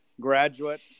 graduate